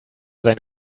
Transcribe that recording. sein